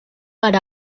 per